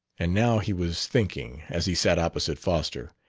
and now he was thinking, as he sat opposite foster,